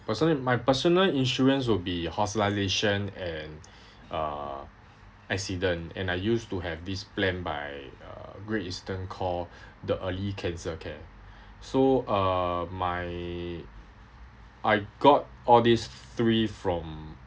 personally my personal insurance will be hospitalisation and uh accident and I used to have this plan by uh Great Eastern called the early cancer care so uh my I got all these three from